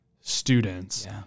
students